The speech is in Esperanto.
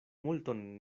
multon